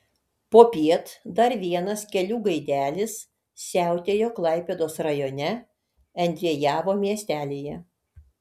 popiet dar vienas kelių gaidelis siautėjo klaipėdos rajone endriejavo miestelyje